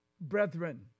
brethren